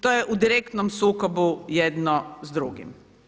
To je u direktnom sukobu jedno s drugim.